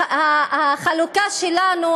החלוקה שלנו,